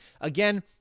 again